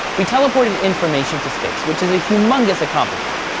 we teleported information to space, which is a humongous accomplishment.